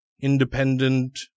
independent